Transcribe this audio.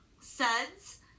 suds